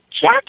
Jack